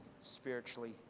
spiritually